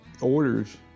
orders